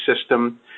system